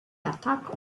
attack